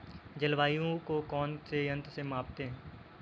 जलवायु को कौन से यंत्र से मापते हैं?